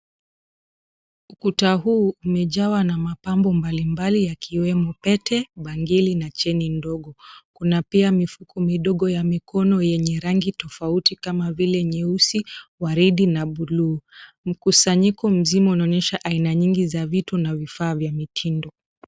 Kuta huu umejawa na mapambo mbalimbali yakiwemo pete, bangili, na cheni ndogo. Kuna pia mifuko midogo ya mikono yenye rangi tofauti kama vile nyeusi, waridi na buluu. Mkusanyiko mzima unaonyesha aina nyingi za vitu na vifaa vya mitindo.